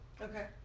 Okay